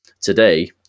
Today